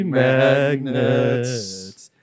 magnets